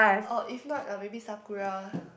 or if not uh maybe Sakura